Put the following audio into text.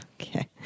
Okay